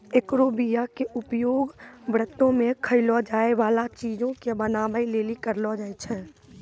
एकरो बीया के उपयोग व्रतो मे खयलो जाय बाला चीजो के बनाबै लेली करलो जाय छै